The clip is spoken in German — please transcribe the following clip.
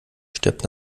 stirbt